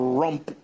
rump